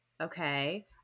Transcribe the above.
okay